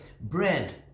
bread